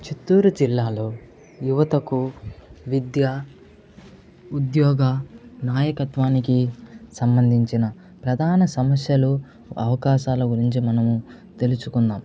చిత్తూరు జిల్లాలో యువతకు విద్య ఉద్యోగ నాయకత్వానికి సంబంధించిన ప్రధాన సమస్యలు అవకాశాల గురించి మనము తెలుసుకుందాం